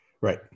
Right